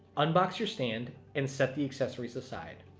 unbox your stand and set the accessories aside.